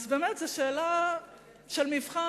אז באמת זה שאלה של מבחן.